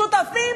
שותפים